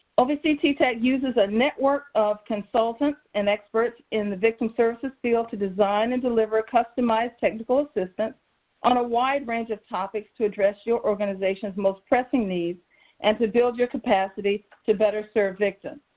ovc ttac uses a network of consultants and experts in the victim services field to design and deliver customized technical assistance on a wide range of topics to address your organization's most pressing needs and to build your capacity to better serve victims.